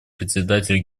председателя